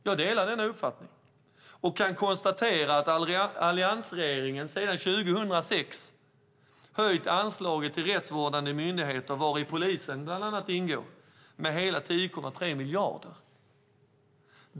Jag delar denna uppfattning och konstaterar att alliansregeringen sedan 2006 har höjt anslagen till rättsvårdande myndigheter, vari polisen ingår, med hela 10,3 miljarder kronor.